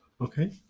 Okay